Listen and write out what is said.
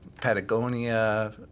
Patagonia